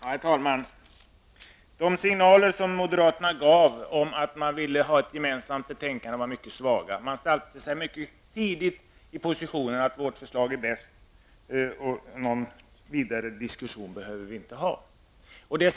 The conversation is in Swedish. Herr talman! De signaler som moderaterna gav om att de ville åstadkomma ett enhälligt betänkande var mycket svaga. Moderaterna intog på ett mycket tidigt stadium den positionen att deras förslag var bäst, och därför var en vidare diskussion överflödig.